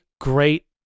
great